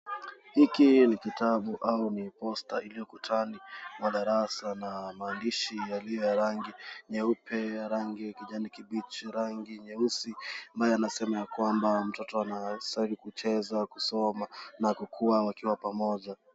Hii ni kitabu au ni posta iliyo ukutani wa darasa na mahandishi yaliyo ya rangi nyeupe ya rangi ya kijani kibichi, rangi nyeusi ambayo yanasoma yakwamba mtoto anastahili kucheza, kusoma na kukuwa wakiwa pamoja.